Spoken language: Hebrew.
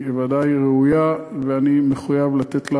היא ודאי ראויה, ואני מחויב לתת לך,